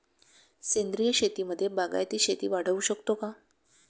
सेंद्रिय शेतीमध्ये बागायती शेती वाढवू शकतो का?